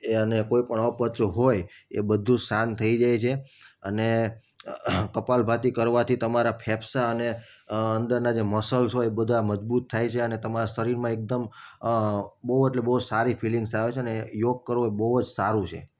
એ અને કોઈપણ અપચો હોય એ બધુ શાંત થઈ જાય છે અને કપાલભાતી કરવાથી તમારા ફેફસા અને અંદરના જે મસલ્સ હોય એ બધા મજબૂત થાય છે અને તમારા શરીરમાં એકદમ બહુ એટલે બહુ સારી ફિલિંગ્સ આવે છે અને યોગ કરવો એ બહુ જ સારું છે